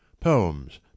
Poems